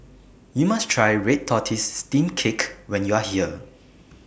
YOU must Try Red Tortoise Steamed Cake when YOU Are here